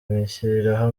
bishyiriraho